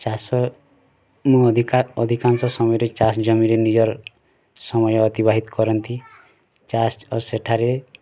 ଚାଷ୍ ନୁ ଅଧିକା ଅଧିକାଂଶ ସମୟ ରେ ଚାଷ ଜମି ରେ ନିଜର୍ ସମୟ ଅତିବାହିତ କରନ୍ତି ଚାଷ ଆଉ ସେଠାରେ